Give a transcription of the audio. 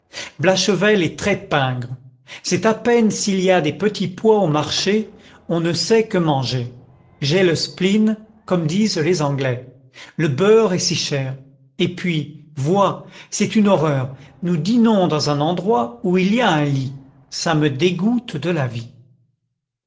blachevelle est très pingre c'est à peine s'il y a des petits pois au marché on ne sait que manger j'ai le spleen comme disent les anglais le beurre est si cher et puis vois c'est une horreur nous dînons dans un endroit où il y a un lit ça me dégoûte de la vie